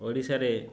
ଓଡ଼ିଶାରେ